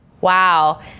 Wow